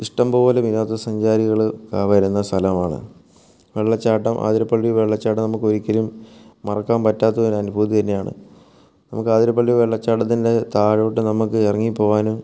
ഇഷ്ടംപോലെ വോനോദസഞ്ചാരികൾ വരുന്ന സ്ഥലമാണ് വെള്ളച്ചാട്ടം അതിരപ്പള്ളി വെള്ളച്ചാട്ടം നമുക്കൊരിക്കലും മറക്കാൻ പറ്റാത്ത ഒരു അനുഭൂതി തന്നെയാണ് നമുക്ക് അതിരപ്പള്ളി വെള്ളച്ചാട്ടത്തിൻ്റെ താഴോട്ട് നമുക്ക് ഇറങ്ങി പോകാനും